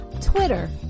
Twitter